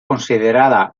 considerada